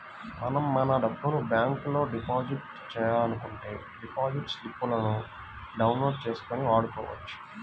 మనం మన డబ్బును బ్యాంకులో డిపాజిట్ చేయాలనుకుంటే డిపాజిట్ స్లిపులను డౌన్ లోడ్ చేసుకొని వాడుకోవచ్చు